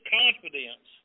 confidence